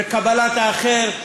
וקבלת האחר,